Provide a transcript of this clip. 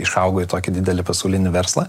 išaugo į tokį didelį pasaulinį verslą